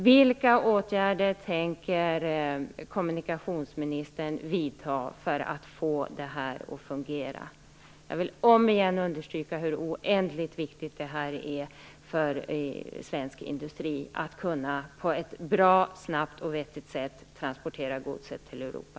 Vilka åtgärder tänker kommunikationsministern vidta för att detta skall fungera? Jag vill återigen understryka hur viktigt det är för svensk industri att på ett bra, snabbt och vettigt sätt kunna transportera godset till Europa.